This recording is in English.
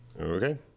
okay